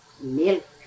milk